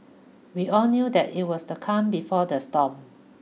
we all knew that it was the calm before the storm